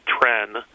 trend